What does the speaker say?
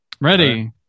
ready